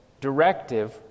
directive